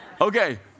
Okay